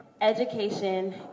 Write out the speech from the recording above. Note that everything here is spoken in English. Education